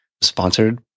sponsored